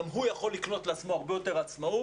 גם הוא יכול לקנות לעצמו הרבה יותר עצמאות